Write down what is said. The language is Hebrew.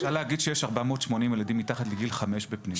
אפשר להגיד שיש 480 ילדים מתחת לגיל חמש בפנימיות.